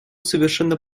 совершенно